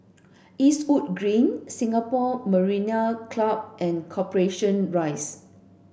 Eastwood Green Singapore Mariner Club and Corporation Rise